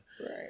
Right